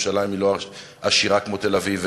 ירושלים היא לא עשירה כמו תל-אביב,